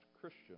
Christian